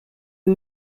who